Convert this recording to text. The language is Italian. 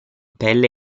pelle